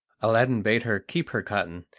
aladdin bade her keep her cotton,